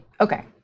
Okay